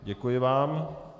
Děkuji vám.